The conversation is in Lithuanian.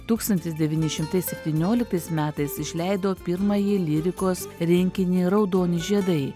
tūkstantis devyni šimtai septynioliktais metais išleido pirmąjį lyrikos rinkinį raudoni žiedai